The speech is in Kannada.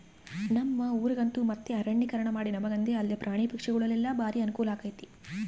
ನಮ್ಮ ಊರಗಂತೂ ಮತ್ತೆ ಅರಣ್ಯೀಕರಣಮಾಡಿ ನಮಗಂದೆ ಅಲ್ದೆ ಪ್ರಾಣಿ ಪಕ್ಷಿಗುಳಿಗೆಲ್ಲ ಬಾರಿ ಅನುಕೂಲಾಗೆತೆ